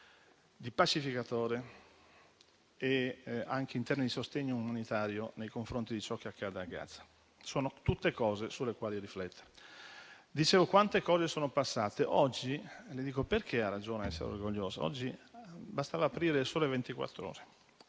di pacificatore, anche in termini di sostegno unitario nei confronti di ciò che accade a Gaza. Sono tutti aspetti sui quali riflettere. Ricordavo quante cose sono trascorse. Oggi le dico perché ha ragione a essere orgogliosa. Basta aprire «Il Sole 24 Ore